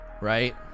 right